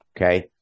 Okay